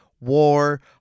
war